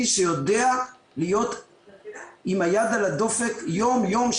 שיודע להיות עם היד על הדופק יום יום,